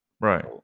right